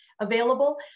available